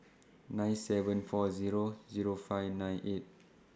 nine seven four Zero Zero five nine eight